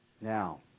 Now